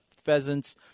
pheasants